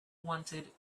wanted